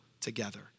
together